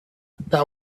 that